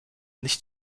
nicht